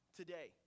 today